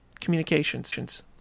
Communications